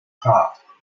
top